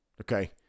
Okay